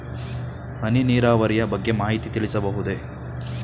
ಹನಿ ನೀರಾವರಿಯ ಬಗ್ಗೆ ಮಾಹಿತಿ ತಿಳಿಸಬಹುದೇ?